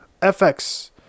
FX